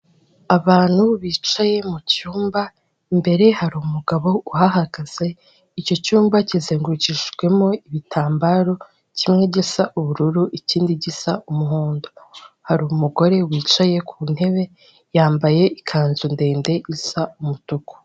Abantu bicaye mu cyumba, imbere hari umugabo uhahagaze, icyo cyumba kizengurukijwemo ibitambaro kimwe gisa ubururu, ikindi gisa umuhondo, hari umugore wicaye ku ntebe yambaye ikanzu ndende isa umutuku.